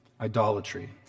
Idolatry